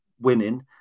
winning